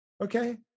okay